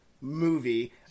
movie